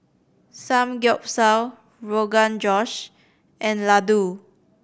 Samgyeopsal Rogan Josh and Ladoo